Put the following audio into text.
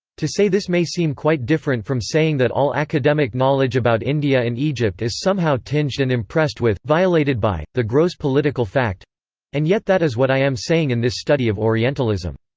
to say this may seem quite different from saying that all academic knowledge about india and egypt is somehow tinged and impressed with, violated by, the gross political fact and yet that is what i am saying in this study of orientalism.